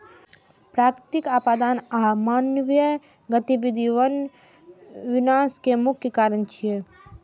प्राकृतिक आपदा आ मानवीय गतिविधि वन विनाश के मुख्य कारण छियै